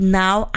now